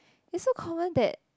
is so common that